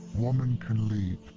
woman can leave.